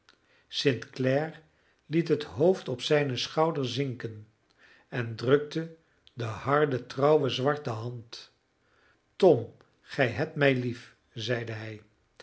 clare liet het hoofd op zijnen schouder zinken en drukte de harde trouwe zwarte hand tom gij hebt mij lief zeide hij